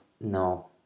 no